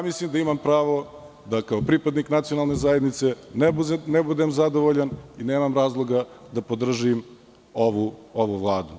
Mislim da imam pravo, kao pripadnik nacionalne zajednice, ne budem zadovoljan i nemam razloga da podržim ovu vladu.